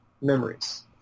memories